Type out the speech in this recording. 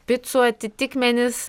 picų atitikmenys